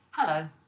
Hello